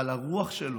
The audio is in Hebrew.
אבל הרוח שלו,